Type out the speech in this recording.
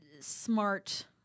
smart